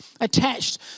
attached